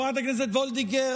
חברת הכנסת וולדיגר,